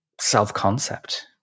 self-concept